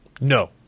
no